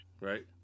Right